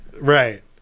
Right